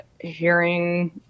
hearing